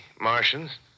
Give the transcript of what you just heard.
Martians